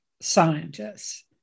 scientists